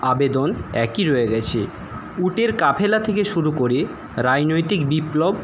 আবেদন একই রয়ে গেছে উটের কাফেলা থেকে শুরু করে রাজনৈতিক বিপ্লব